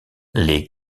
les